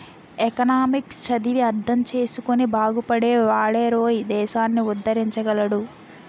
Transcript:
economics చదివి అర్థం చేసుకుని బాగుపడే వాడేరోయ్ దేశాన్ని ఉద్దరించగలడు